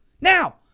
Now